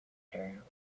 cylinder